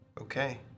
Okay